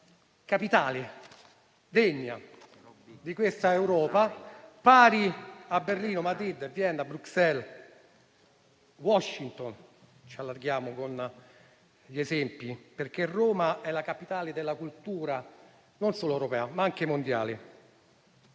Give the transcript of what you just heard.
capitale degna di quest'Europa pari a Berlino, Madrid, Vienna o Bruxelles, anzi, Washington - ci allarghiamo con gli esempi - perché è la capitale della cultura non solo europea, ma anche mondiale.